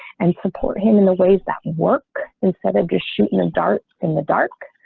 and support him in the ways that work instead of just shooting the darts in the dark,